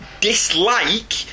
dislike